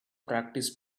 practice